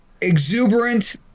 exuberant